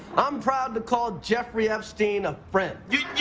i'm proud to call jeffrey epstein a friend you